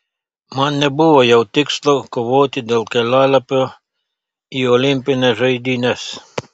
man nebuvo jau tikslo kovoti dėl kelialapio į olimpines žaidynes